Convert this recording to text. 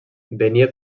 venia